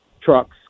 trucks